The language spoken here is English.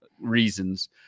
reasons